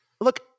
look